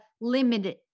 limited